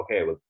okay